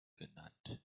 genannt